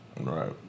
Right